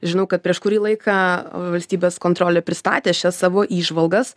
žinau kad prieš kurį laiką valstybės kontrolė pristatė šias savo įžvalgas